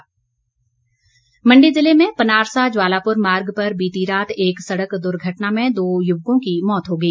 दुर्घटना मण्डी ज़िले में पनारसा जवालापुर मार्ग पर बीती रात एक सड़क दुर्घटना में दो युवकों की मौत हो गई